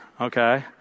okay